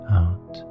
out